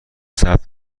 ثبت